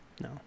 No